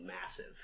massive